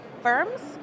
firms